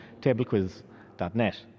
tablequiz.net